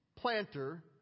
planter